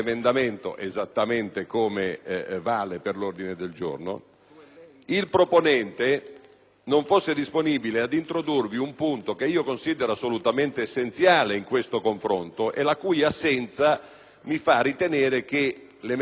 non sia disponibile ad introdurvi un punto, che considero assolutamente essenziale in questo confronto, e la cui assenza mi fa ritenere che l'emendamento (e il conseguente ordine del giorno) sia solo un'operazione di tipo propagandistico.